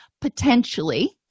potentially